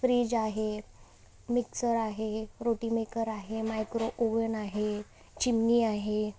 fridge आहे mixer आहे रोटीमेकर आहे मायक्रो ओव्हन आहे चिमणी आहे